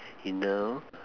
you know